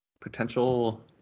potential